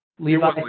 Levi